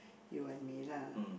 you and me lah